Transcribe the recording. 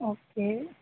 okay